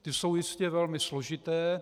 Ty jsou jistě velmi složité.